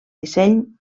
disseny